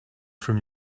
from